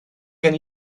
gen